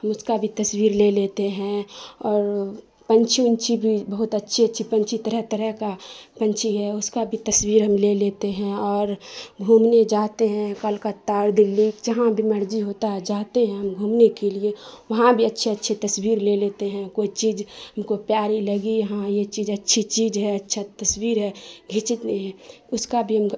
ہم اس کا بھی تصویر لے لیتے ہیں اور پنچھی ونچھی بھی بہت اچھے اچھے پنچھی طرح طرح کا پنچھی ہے اس کا بھی تصویر ہم لے لیتے ہیں اور گھومنے جاتے ہیں کلکتہ اور دلی جہاں بھی مرضی ہوتا ہے جاتے ہیں ہم گھومنے کے لیے وہاں بھی اچھی اچھی تصویر لے لیتے ہیں کوئی چیز ہم کو پیاری لگی ہاں یہ چیز اچھی چیز ہے اچھا تصویر ہے اس کا بھی ہم